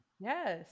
yes